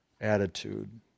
attitude